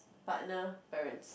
partner parents